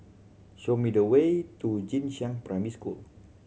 show me the way to Jing Shan Primary School